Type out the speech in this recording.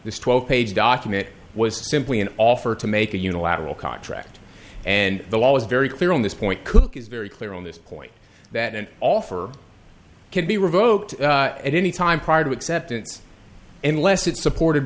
this twelve page document was simply an offer to make a unilateral contract and the law is very clear on this point cook is very clear on this point that an offer can be revoked at any time prior to acceptance and less it's supported